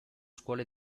scuole